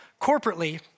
corporately